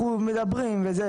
אנחנו מדברים וזה,